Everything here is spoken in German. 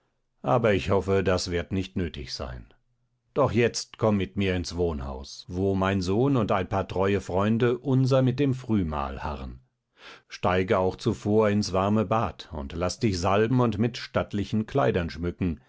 aber ich hoffe das wird nicht nötig sein doch jetzt komm mit mir ins wohnhaus wo mein sohn und ein paar treue freunde unser mit dem frühmahl harren steige auch zuvor ins warme bad und laß dich salben und mit stattlichen kleidern schmücken